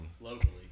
locally